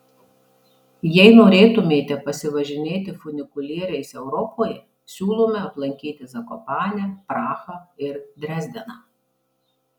jei norėtumėte pasivažinėti funikulieriais europoje siūlome aplankyti zakopanę prahą ir dresdeną